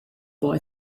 boy